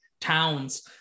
Towns